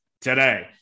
today